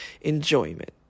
enjoyment